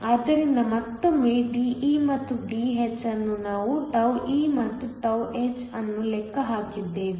ಆದ್ದರಿಂದ ಮತ್ತೊಮ್ಮೆ De ಮತ್ತು Dh ಅನ್ನು ನಾವು τe ಮತ್ತು τh ಅನ್ನು ಲೆಕ್ಕ ಹಾಕಿದ್ದೇವೆ